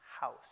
house